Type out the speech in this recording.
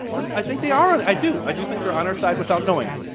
pardon, i think they are, and i do i do think they're on our side without knowing it.